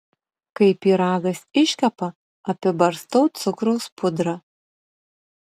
kai pyragas iškepa apibarstau cukraus pudra